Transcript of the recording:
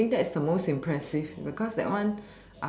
I think that's the most impressive because that one